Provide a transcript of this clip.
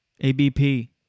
ABP